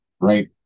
right